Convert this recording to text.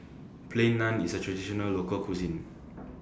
Plain Naan IS A Traditional Local Cuisine